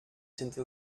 sentir